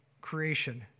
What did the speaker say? creation